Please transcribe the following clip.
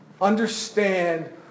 understand